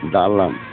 Dalam